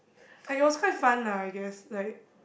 I also have fun lah I guess like